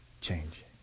change